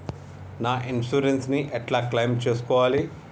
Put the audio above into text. నా ఇన్సూరెన్స్ ని ఎట్ల క్లెయిమ్ చేస్కోవాలి?